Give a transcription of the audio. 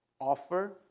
offer